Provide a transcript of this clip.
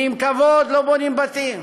כי עם כבוד לא בונים בתים,